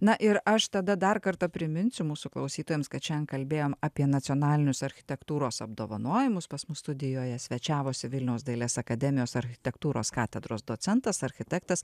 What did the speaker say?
na ir aš tada dar kartą priminsiu mūsų klausytojams kad šiandien kalbėjom apie nacionalinius architektūros apdovanojimus pas mus studijoje svečiavosi vilniaus dailės akademijos architektūros katedros docentas architektas